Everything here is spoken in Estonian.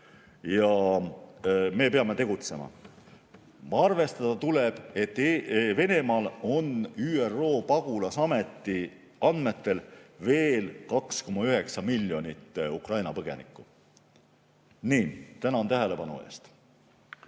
ja me peame tegutsema. Arvestada tuleb, et Venemaal on ÜRO pagulasameti andmetel veel 2,9 miljonit Ukraina põgenikku. Tänan tähelepanu eest!